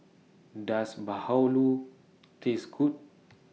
Does Bahulu Taste Good